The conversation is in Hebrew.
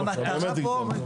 באמת הגזמתם.